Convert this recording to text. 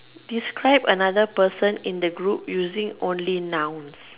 describe the another person in the group using only nouns